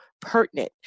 pertinent